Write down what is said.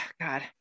God